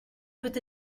peut